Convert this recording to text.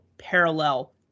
Parallel